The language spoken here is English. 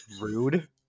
rude